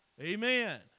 Amen